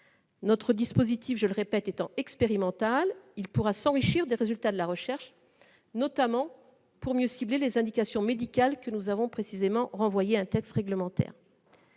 je le répète, étant expérimental, il pourra s'enrichir des résultats de la recherche, notamment pour mieux cibler les indications médicales que nous avons précisément renvoyées à un texte réglementaire.